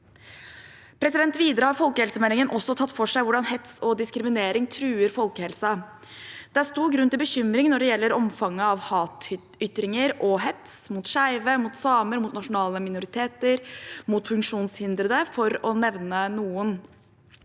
industrien. Videre har folkehelsemeldingen tatt for seg hvordan hets og diskriminering truer folkehelsen. Det er stor grunn til bekymring når det gjelder omfanget av hatytringer og hets mot skeive, mot samer, mot nasjonale minoriteter og mot funksjonshindrede, for å nevne noen.